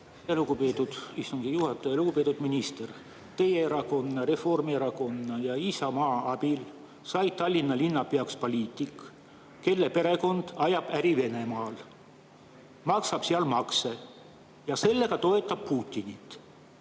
Lugupeetud minister! Teie erakonna, Reformierakonna ja Isamaa abil sai Tallinna linnapeaks poliitik, kelle perekond ajab äri Venemaal, maksab seal makse ja sellega toetab Putinit.